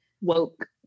woke